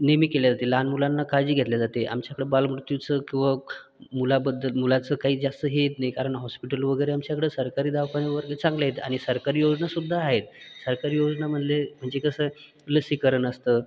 नेहमी केली जाते लहान मुलांना काळजी घेतल्या जाते आमच्याकडे बालमृत्यूचं किंवा क मुलाबद्दल मुलाचं काही जास्त हे येत नाही कारण हॉस्पिटल वगैरे आमच्याकडे सरकारी दवाखाना वगैरे चांगले आहेत आणि सरकारी योजनासुद्धा आहेत सरकारी योजना म्हणले म्हणजे कसं लसीकरण असतं